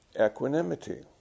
equanimity